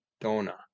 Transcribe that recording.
Dona